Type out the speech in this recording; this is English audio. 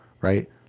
right